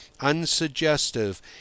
unsuggestive